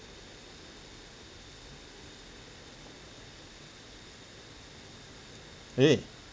!hey!